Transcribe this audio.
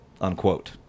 unquote